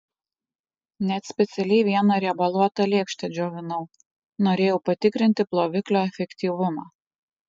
net specialiai vieną riebaluotą lėkštę džiovinau norėjau patikrinti ploviklio efektyvumą